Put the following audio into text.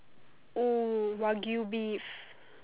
oh Wagyu beef